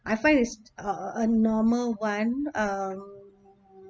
I find is uh a normal one uh